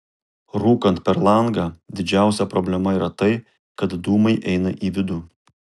rūkant per langą didžiausia problema yra tai kad dūmai eina į vidų